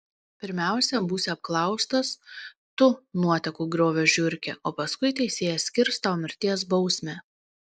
pirmiausia būsi apklaustas tu nuotekų griovio žiurke o paskui teisėjas skirs tau mirties bausmę